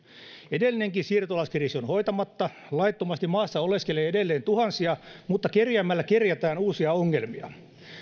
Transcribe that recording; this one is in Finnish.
edellinenkin siirtolaiskriisi on hoitamatta laittomasti maassa oleskelee edelleen tuhansia mutta kerjäämällä kerjätään uusia ongelmia